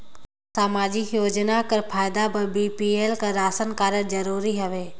समाजिक योजना कर फायदा बर बी.पी.एल कर राशन कारड जरूरी हवे?